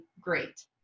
great